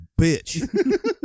bitch